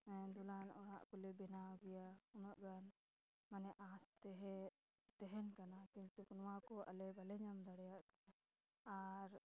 ᱫᱚᱞᱟᱱ ᱚᱲᱟᱜ ᱠᱚᱞᱮ ᱵᱮᱱᱟᱣ ᱠᱮᱭᱟ ᱩᱱᱟᱹᱜ ᱜᱟᱱ ᱢᱟᱱᱮ ᱟᱥ ᱛᱟᱦᱮᱸ ᱛᱟᱦᱮᱱ ᱠᱟᱱᱟ ᱠᱤᱱᱛᱩ ᱱᱚᱣᱟ ᱠᱚ ᱟᱞᱮ ᱵᱟᱞᱮ ᱧᱟᱢ ᱫᱟᱲᱮᱭᱟᱜ ᱟᱨ